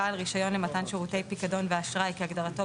בעל רישיון למתן שירותי פיקדון ואשראי כהגדרתו